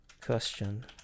question